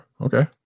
Okay